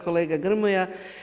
Kolega Grmoja.